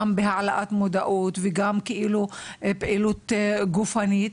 שם תעסוק בהעלאת מודעות וגם בפעילות גופנית